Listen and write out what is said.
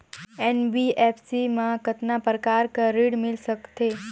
NBFC मा कतना प्रकार कर ऋण मिल सकथे?